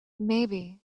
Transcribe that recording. maybe